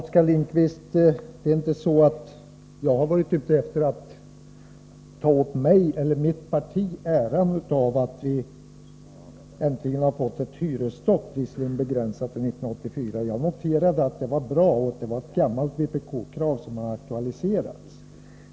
Herr talman! Det är inte så, Oskar Lindkvist, att jag varit ute efter att ta åt mig eller ge mitt parti äran av att vi äntligen har fått ett hyresstopp — visserligen begränsat till 1984. Jag noterade att det var bra och sade att det var ett gammalt vpk-krav som hade aktualiserats.